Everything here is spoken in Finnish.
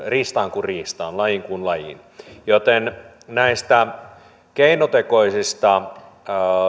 riistaan kuin riistaan lajiin kuin lajiin joten näistä keinotekoisista